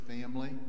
family